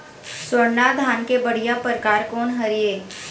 स्वर्णा धान के बढ़िया परकार कोन हर ये?